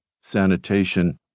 sanitation